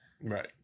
Right